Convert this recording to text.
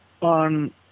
on